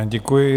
Děkuji.